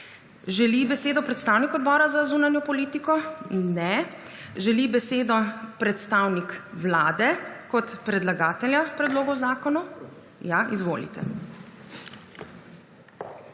Želi besedo predstavnik Odbora za zunanjo politiko? (Ne.) Želi besedo predstavnik Vlade kot predlagateljice predlogov zakonov? (Da.) Ja, izvolite.